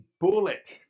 bullet